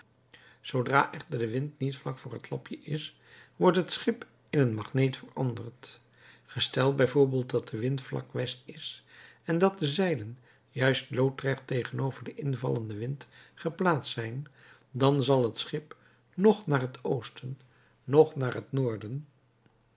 zoodra echter de wind niet vlak voor het lapje is wordt het schip in een magneet veranderd gesteld b v dat de wind vlak west is en dat de zeilen juist loodrecht tegenover den invallenden wind geplaatst zijn dan zal het schip noch naar het oosten noch naar het noorden